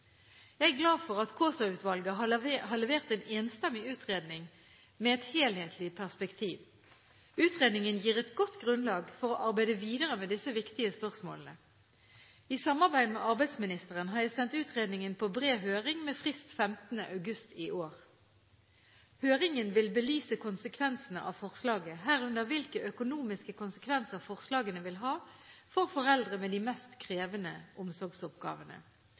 Jeg er glad for at Kaasa-utvalget har levert en enstemmig utredning med et helhetlig perspektiv. Utredningen gir et godt grunnlag for å arbeide videre med disse viktige spørsmålene. I samarbeid med arbeidsministeren har jeg sendt utredningen på bred høring med frist 15. august i år. Høringen vil belyse konsekvensene av forslagene, herunder hvilke økonomiske konsekvenser forslagene vil ha for foreldre med de mest krevende omsorgsoppgavene.